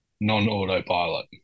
non-autopilot